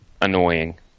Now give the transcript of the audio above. annoying